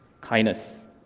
kindness